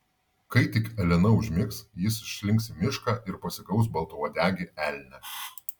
kai tik elena užmigs jis išslinks į mišką ir pasigaus baltauodegį elnią